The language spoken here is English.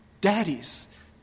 daddies